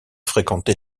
fréquenté